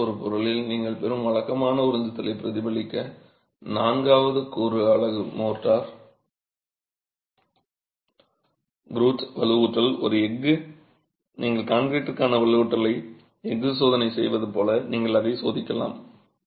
அத்தகைய ஒரு பொருளில் நீங்கள் பெறும் வழக்கமான உறிஞ்சுதலைப் பிரதிபலிக்க நான்காவது கூறு அலகு மோர்ட்டார் க்ரூட் வலுவூட்டல் ஒரு எஃகு நீங்கள் கான்கிரீட்டிற்கான வலுவூட்டல் எஃகு சோதனை செய்வது போல நீங்கள் அதைச் சோதிக்கலாம்